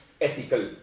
ethical